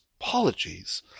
Apologies